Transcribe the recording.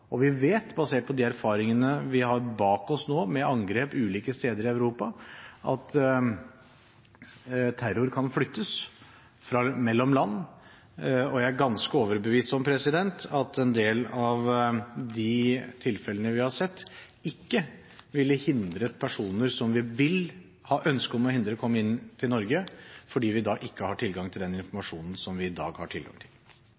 Europa. Vi vet, basert på de erfaringene vi har bak oss nå, med angrep ulike steder i Europa, at terror kan flyttes mellom land, og jeg er ganske overbevist om at en del av de tilfellene vi har sett, ikke ville hindret personer som vi vil ha ønske om å hindre kommer inn i Norge, fordi vi da ikke vil ha tilgang til den informasjonen som vi i dag har tilgang til.